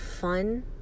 fun